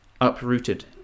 uprooted